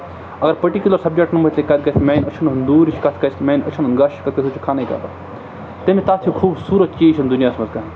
اگر پٔٹِکیوٗلَر سَبجَکٹَن مُتعلِق کَتھ گژھِ میٛانہِ أچھَن ہُنٛد دوٗرِچ کَتھ کِژھ میٛانہِ أچھَن گَژھِ کَتھ سُہ چھُ خانٕے کَتھ تمہِ تَتھ چھِ خوٗبصوٗرت چیٖز چھِنہٕ دُنیاہَس منٛز کانٛہہ